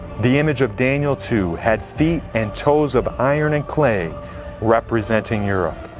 the image of daniel two had feet and toes of iron and clay representing europe.